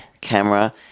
camera